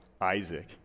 Isaac